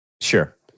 Sure